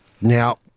Now